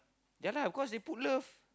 yeah lah of course they put love